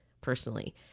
Personally